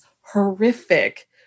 horrific